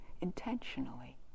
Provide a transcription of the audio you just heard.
intentionally